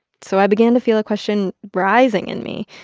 so i began to feel a question rising in me.